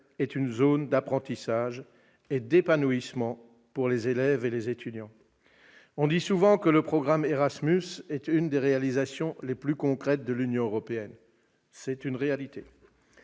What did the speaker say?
est une zone d'apprentissage et d'épanouissement pour les élèves et les étudiants. On dit souvent que le programme Erasmus est l'une des réalisations les plus concrètes de l'Union européenne, c'est une réalité.